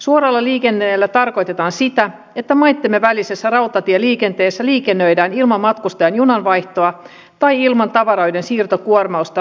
suoralla liikenteellä tarkoitetaan sitä että maittemme välisessä rautatieliikenteessä liikennöidään ilman matkustajan junanvaihtoa tai ilman tavaroiden siirtokuormausta rautatieraja asemilla